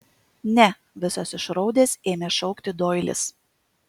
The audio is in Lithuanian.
ne visas išraudęs ėmė šaukti doilis